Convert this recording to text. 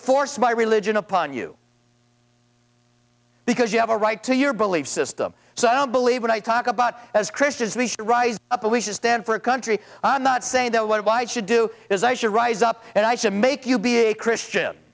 force my religion upon you because you have a right to your belief system so i don't believe what i talk about as christians we should rise up and we should stand for a country and not say that what a bite should do is i should rise up and i should make you be a christian